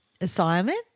assignment